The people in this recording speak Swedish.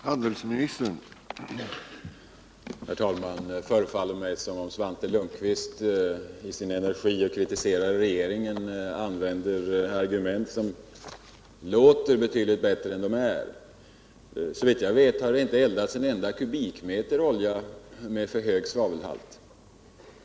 Herr talman! Det förefaller mig som om Svante Lundkvist i sin energi att kritisera regeringen använder argument som låter betydligt bättre än de är. Såvitt jag vet har det inte eldats en enda kubikmeter olja med för hög svavelhalt.